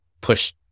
push